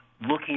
looking